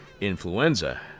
influenza